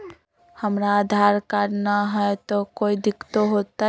हमरा आधार कार्ड न हय, तो कोइ दिकतो हो तय?